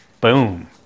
boom